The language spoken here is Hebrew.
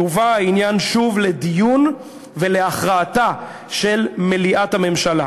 יובא העניין שוב לדיון ולהכרעתה של מליאת הממשלה.